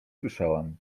słyszałam